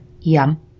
Yum